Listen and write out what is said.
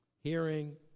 Hearing